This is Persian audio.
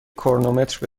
کرونومتر